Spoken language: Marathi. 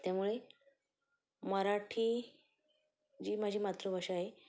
त्यामुळे मराठी जी माझी मातृभाषा आहे